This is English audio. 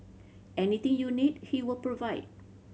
anything you need he will provide